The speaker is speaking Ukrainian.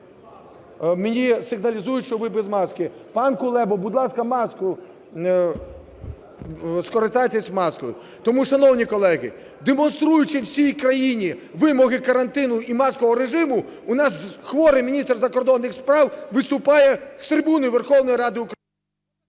мені сигналізують, що ви без маски. Пан Кулеба, будь ласка, маску, скористайтеся маскою. Тому, шановні колеги, демонструючи всій країні вимоги карантину і маскового режиму, у нас хворий міністр закордонних справ виступає з трибуни Верховної Ради України.